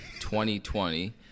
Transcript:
2020